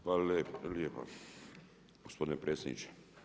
Hvala lijepa gospodine predsjedniče.